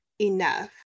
enough